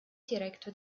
direktor